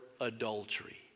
adultery